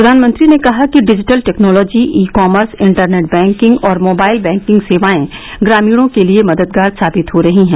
प्रधानमंत्री ने कहा कि digital technology e commerce internet banking और मोबाइल बैंकिंग सेवाएं ग्रामीणों के लिए मददगार सावित हो रही हैं